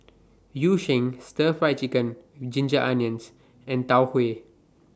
Yu Sheng Stir Fried Chicken with Ginger Onions and Tau Huay